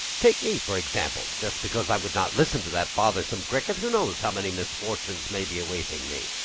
take me, for example. just because i would not listen to that bothersome cricket, who knows how many misfortunes may be awaiting me!